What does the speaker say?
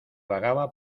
vagaba